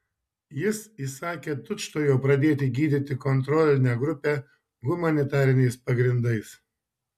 jis įsakė tučtuojau pradėti gydyti kontrolinę grupę humanitariniais pagrindais